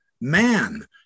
man